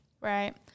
right